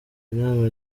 inama